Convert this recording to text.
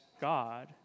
God